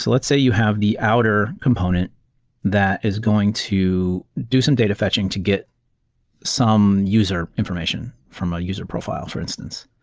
let's say you have the outer component that is going to do some data fetching to get some user information from a user profile, for instance.